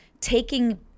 taking